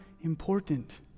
important